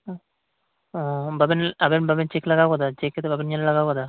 ᱦᱩᱸ ᱟᱵᱮᱱ ᱵᱟᱵᱮᱱ ᱪᱮᱠ ᱞᱮᱜᱟᱣ ᱟᱠᱟᱫᱟ ᱪᱮᱠ ᱠᱟᱛᱮᱫ ᱟᱵᱮᱱ ᱵᱟᱵᱮᱱ ᱧᱮᱞ ᱞᱮᱜᱟ ᱟᱠᱟᱫᱟ